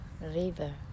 river